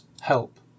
help